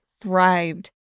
thrived